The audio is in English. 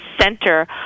center